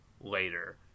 later